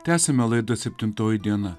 tęsiame laida septintoji diena